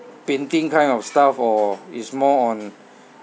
painting kind of stuff or is more on